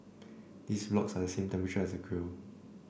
these blocks are the same temperature as the grill